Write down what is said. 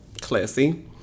classy